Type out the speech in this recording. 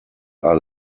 are